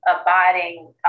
abiding